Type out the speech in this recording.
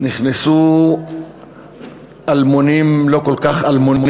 נכנסו אלמונים לא כל כך אלמונים